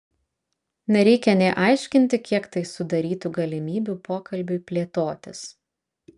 nereikia nė aiškinti kiek tai sudarytų galimybių pokalbiui plėtotis